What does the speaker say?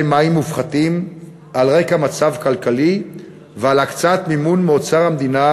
מים מופחתים על רקע מצב כלכלי ועל הקצאת מימון מאוצר המדינה,